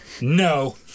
no